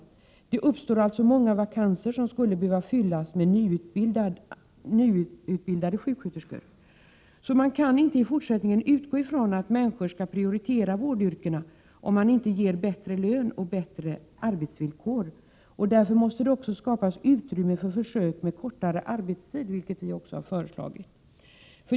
Det uppstår alltså många vakanser, som skulle behöva fyllas med nyutbildade sjuksköterskor. Vi kan i fortsättningen inte utgå från att människor skall prioritera vårdyrkena, om man inte ger bättre lön och bättre arbetsvillkor. Därför måste det också skapas utrymme för försök med kortare arbetstid, något som vi också föreslagit.